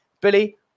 billy